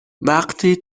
وقتی